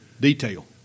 detail